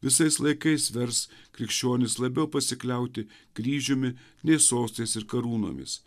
visais laikais vers krikščionis labiau pasikliauti kryžiumi nei sostais ir karūnomis